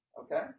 Okay